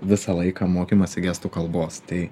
visą laiką mokymąsi gestų kalbos tai